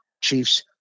Chiefs